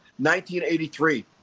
1983